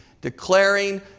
declaring